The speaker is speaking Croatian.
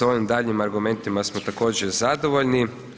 S ovim daljnjim argumentima smo također zadovoljni.